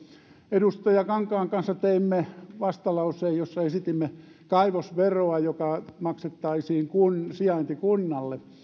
edustaja kankaan kanssa teimme vastalauseen jossa esitimme kaivosveroa joka maksettaisiin sijaintikunnalle